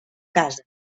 casa